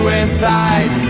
inside